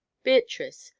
beatrice,